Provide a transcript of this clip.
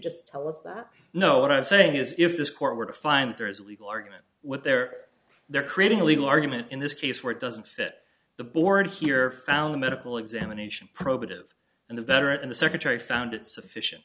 just tell us that no what i'm saying is if this court were to find there is a legal argument what they're they're creating a legal argument in this case where it doesn't fit the board here found a medical examination probative and the veteran the secretary found it sufficient